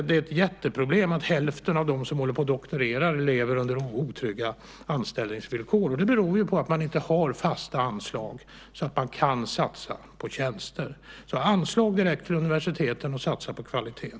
Det är ett jätteproblem att hälften av dem som doktorerar lever med otrygga anställningsvillkor. Det beror på att man inte har fasta anslag så att man kan satsa på tjänster. Vi ska ha anslag direkt till universiteten och satsa på kvaliteten.